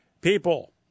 People